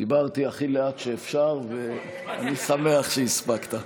דיברתי הכי לאט שאפשר, ואני שמח שהספקת.